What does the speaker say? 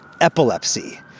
epilepsy